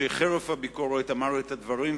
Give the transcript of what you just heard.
שחרף הביקורת אמר את הדברים,